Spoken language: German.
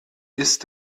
ist